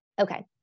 Okay